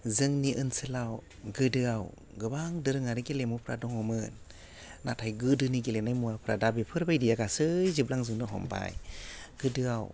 जोंनि ओनसोलाव गोदोआव गोबां दोरोङारि गेलेमुफ्रा दङमोन नाथाइ गोदोनि गेलेनाय मुवाफोरा दा बेफोर बायदिया गासै जोबलांजोबनो हमबाय गोदोआव